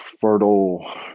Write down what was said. fertile